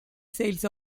sales